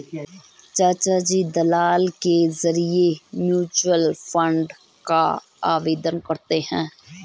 चाचाजी दलाल के जरिए म्यूचुअल फंड का आवेदन करते हैं